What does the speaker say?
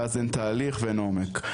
ואז אין תהליך ואין עומק.